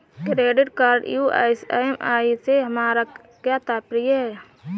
Credit card US EMI से हमारा क्या तात्पर्य है?